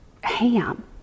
ham